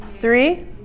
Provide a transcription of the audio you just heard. three